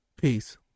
Peace